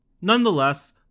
Nonetheless